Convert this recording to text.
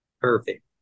Perfect